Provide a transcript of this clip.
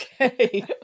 Okay